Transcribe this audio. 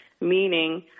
meaning